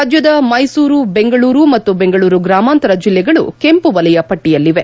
ರಾಜ್ಯದ ಮೈಸೂರು ಬೆಂಗಳೂರು ಮತ್ತು ಬೆಂಗಳೂರು ಗ್ರಾಮಾಂತರ ಜಿಲ್ಲೆಗಳು ಕೆಂಪುವಲಯ ಪಟ್ಟಿಲ್ಲಿವೆ